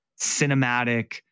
cinematic